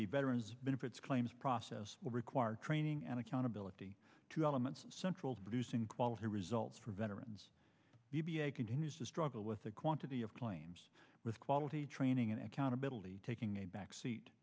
the veterans benefits claims process will require training and accountability to elements central to producing quality results for veterans continues to struggle with the quantity of claims with quality training and accountability taking a back seat